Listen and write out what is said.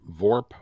Vorp